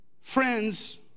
friends